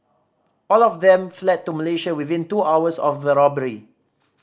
all of them fled to Malaysia within two hours of the robbery